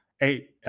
eight